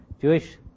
Jewish